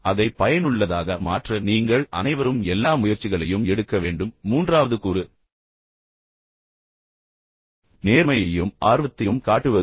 எனவே அதை பயனுள்ளதாக மாற்ற நீங்கள் அனைவரும் எல்லா முயற்சிகளையும் எடுக்க வேண்டும் மூன்றாவது கூறு நேர்மையையும் ஆர்வத்தையும் காட்டுவது